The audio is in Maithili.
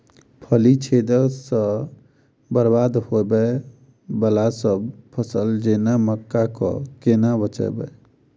फली छेदक सँ बरबाद होबय वलासभ फसल जेना मक्का कऽ केना बचयब?